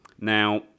Now